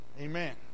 Amen